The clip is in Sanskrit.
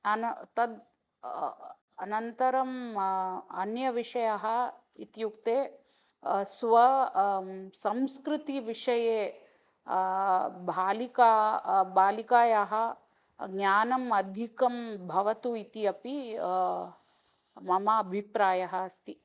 अन तद् अनन्तरम् अन्यविषयः इत्युक्ते स्व संस्कृतिविषये बालिका बालिकायाः ज्ञानम् अधिकं भवतु इति अपि मम अभिप्रायः अस्ति